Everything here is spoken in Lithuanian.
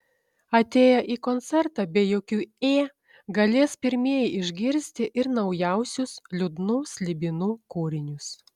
atėję į koncertą be jokių ė galės pirmieji išgirsti ir naujausius liūdnų slibinų kūrinius